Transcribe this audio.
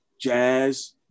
jazz